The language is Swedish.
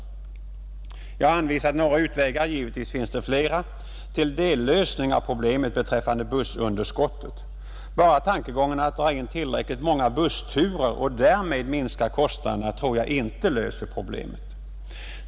Jag har anvisat några utvägar — givetvis finns det flera — till dellösning av problemet beträffande bussunderskottet. Bara åtgärden att dra in tillräckligt många bussturer och därmed minska kostnaderna tror jag inte löser problemet.